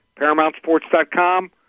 ParamountSports.com